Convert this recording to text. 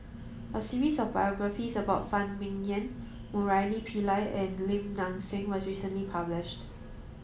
a series of biographies about Phan Ming Yen Murali Pillai and Lim Nang Seng was recently published